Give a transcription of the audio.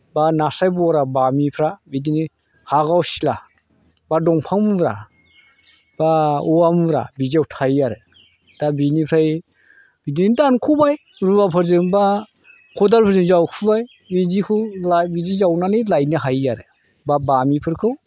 बा नास्राय बरा बामिफ्रा बिदिनो हागावसिला बा दंफां मुरा बा औवा मुरा बिदियाव थायो आरो दा बेनिफ्राय बिदिनो दानख'बाय रुवाफोरजों बा खदालफोरजों जावखुबाय बिदिखौ बिदि जावनानै लायनो हायो आरो बा बामिफोरखौ